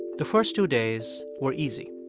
the first two days were easy.